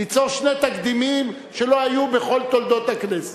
ליצור שני תקדימים שלא היו בכל תולדות הכנסת.